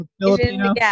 Filipino